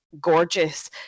gorgeous